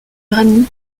granit